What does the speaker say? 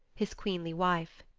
his queenly wife.